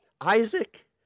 Isaac